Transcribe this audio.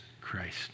Christ